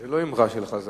זה לא אמרה של חז"ל.